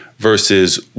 versus